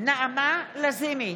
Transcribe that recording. נעמה לזימי,